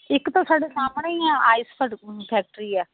ਇੱਕ ਤਾਂ ਸਾਡੇ ਸਾਹਮਣੇ ਹੀ ਆ ਆਈਸ ਫੈਕ ਫੈਕਟਰੀ ਆ